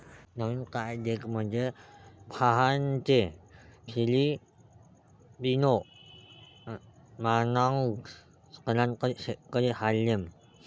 नवीन card डेकमध्ये फाहानचे Filipino मानॉन्ग स्थलांतरित शेतकरी हार्लेम